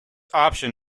option